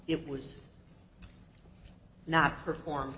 it was not perform